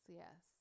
yes